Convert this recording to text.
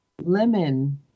lemon